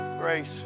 grace